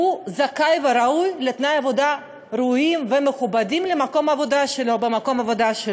והוא זכאי וראוי לתנאי עבודה ראויים ומכובדים במקום העבודה שלו.